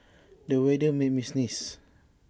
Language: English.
the weather made me sneeze